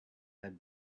had